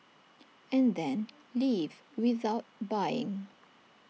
and then leave without buying